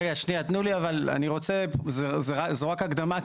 רגע, שנייה, תנו לי, זו רק ההקדמה.